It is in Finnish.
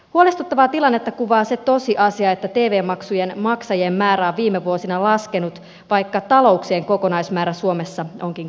huolestuttavaa tilannetta kuvaa se tosiasia että tv maksujen maksajien määrä on viime vuosina laskenut vaikka talouksien kokonaismäärä suomessa onkin kasvanut